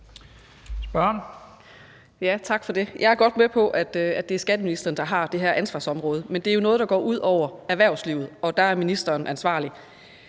Kastbjerg (DD): Tak for det. Jeg er godt med på, at det er skatteministeren, der har det her ansvarsområde, men det er jo noget, der går ud over erhvervslivet, og der er ministeren ansvarlig.